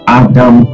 adam